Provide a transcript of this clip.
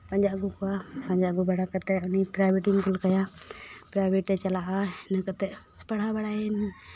ᱯᱟᱸᱡᱟ ᱟᱹᱜᱩ ᱠᱚᱣᱟ ᱯᱟᱸᱡᱟ ᱟᱹᱜᱩ ᱵᱟᱲᱟ ᱠᱟᱛᱮᱜ ᱩᱱᱤ ᱯᱨᱟᱭᱵᱷᱮᱴ ᱤᱧ ᱠᱩᱞ ᱠᱟᱭᱟ ᱯᱨᱟᱭᱵᱷᱮᱴ ᱮ ᱪᱟᱞᱟᱜᱼᱟ ᱤᱱᱟᱹ ᱠᱟᱛᱮ ᱯᱟᱲᱦᱟᱣ ᱵᱟᱲᱟᱭᱮᱱ